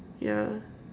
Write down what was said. yeah